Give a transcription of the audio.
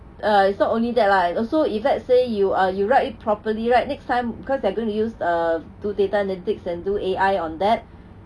ya it's not only that lah is also if let's say you uh you write it properly right next time because they're going to use err do data analytics and do A_I on that